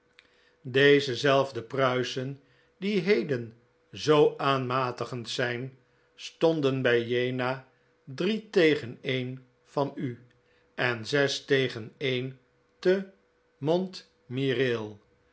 deze zelfde pruisen die heden zoo aanmatigend zijn stonden bij jena drie tegen een van u en zes tegen een te montmirail